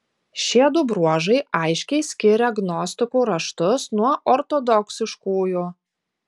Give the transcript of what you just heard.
šiedu bruožai aiškiai skiria gnostikų raštus nuo ortodoksiškųjų